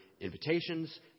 invitations